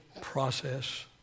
process